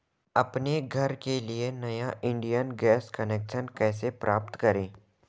अपने घर के लिए नया इंडियन गैस कनेक्शन कैसे प्राप्त करें?